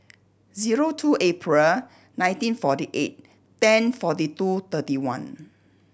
zero two April nineteen forty eight ten forty two thirty one